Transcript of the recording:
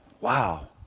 Wow